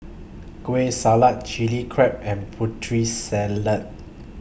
Kueh Salat Chili Crab and Putri Salad